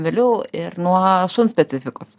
vėliau ir nuo šuns specifikos